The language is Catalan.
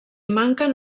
manquen